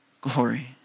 glory